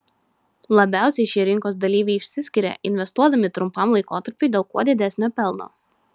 labiausiai šie rinkos dalyviai išsiskiria investuodami trumpam laikotarpiui dėl kuo didesnio pelno